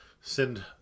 send